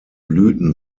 blüten